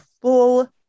full